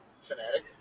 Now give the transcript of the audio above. Fanatic